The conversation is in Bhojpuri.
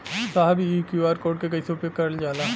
साहब इ क्यू.आर कोड के कइसे उपयोग करल जाला?